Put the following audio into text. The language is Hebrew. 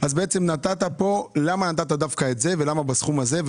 אז למה נתת דווקא את זה ולמה בסכום הזה.